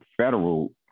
federal